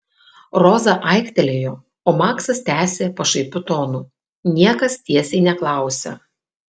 roza aiktelėjo o maksas tęsė pašaipiu tonu niekas tiesiai neklausia